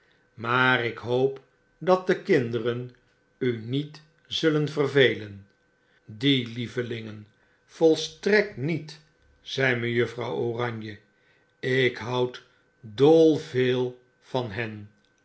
maar ik hoop dat de kinderen u niet zullen vervelen die lievelingen volstrekt niet zei mejuffrouw oranje ik houd dol veel van hen